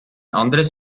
anderes